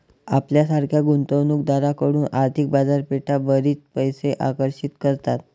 आपल्यासारख्या गुंतवणूक दारांकडून आर्थिक बाजारपेठा बरीच पैसे आकर्षित करतात